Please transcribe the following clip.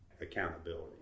accountability